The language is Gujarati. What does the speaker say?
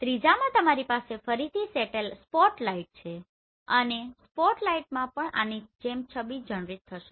ત્રીજામાં તમારી પાસે ફરીથી સ્પોટલાઇટ છે અને સ્પોટલાઇટ માં પણ આની જેમ છબી જનરેટ થશે